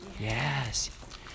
Yes